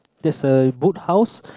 there's a Book House